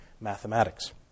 mathematics